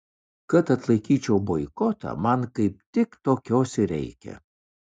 kad atlaikyčiau boikotą man kaip tik tokios ir reikia